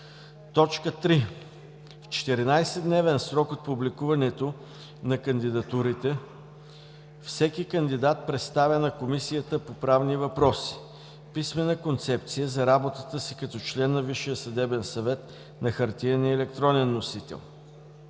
3. В 14-дневен срок от публикуването на кандидатурите всеки кандидат представя на Комисията по правни въпроси: - писмена концепция за работата си като член на Висшия съдебен съвет на хартиен и електронен носител;